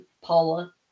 Paula